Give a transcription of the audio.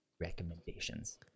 recommendations